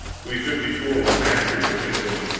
we fifty-four were masters of england.